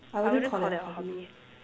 I wouldn't call that a hobby